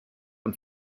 und